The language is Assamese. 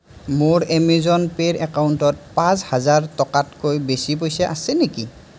মোৰ এমেজন পে'ৰ একাউণ্টত পাঁচ হাজাৰ টকাতকৈ বেছি পইচা আছে নেকি